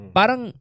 parang